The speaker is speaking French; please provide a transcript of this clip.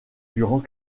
durant